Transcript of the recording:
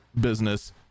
business